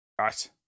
Right